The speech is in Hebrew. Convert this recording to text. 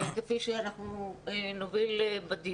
תודה.